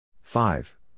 Five